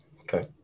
okay